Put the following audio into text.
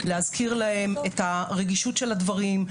להזכיר להם את רגישות הדברים,